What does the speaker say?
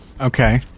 Okay